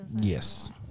Yes